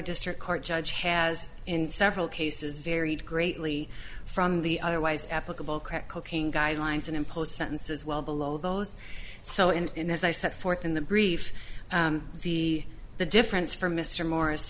district court judge has in several cases varied greatly from the otherwise applicable crack cocaine guidelines and imposed sentences well below those so and as i set forth in the brief the the difference for mr morris